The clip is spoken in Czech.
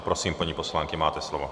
Prosím, paní poslankyně, máte slovo.